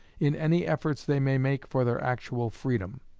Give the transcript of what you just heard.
in any efforts they may make for their actual freedom.